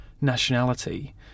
nationality